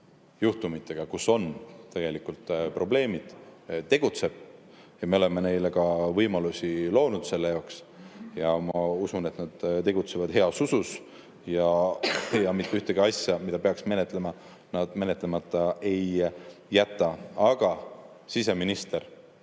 juhtumitega, kus on tegelikult probleemid, tegeleb. Me oleme neile ka võimalusi loonud selle jaoks. Ma usun, et nad tegutsevad heas usus, ja mitte ühtegi asja, mida peaks menetlema, nad menetlemata ei jäta. Aga siseminister